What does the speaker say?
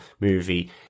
movie